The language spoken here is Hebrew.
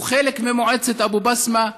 הוא חלק ממועצת אבו בסמה.